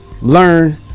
learn